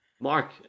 Mark